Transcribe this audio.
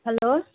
hello